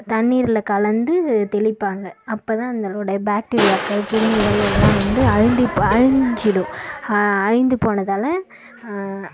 தண்ணீரில் கலந்து தெளிப்பாங்க அப்போதான் அதோடய பாக்டீரியாக்கள் கிருமிகள் எல்லாம் வந்து அழின்ப அழிஞ்சுடும் அழிந்து போனதால்